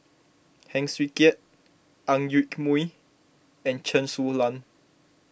Heng Swee Keat Ang Yoke Mooi and Chen Su Lan